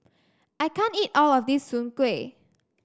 I can't eat all of this Soon Kway